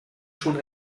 schon